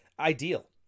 Ideal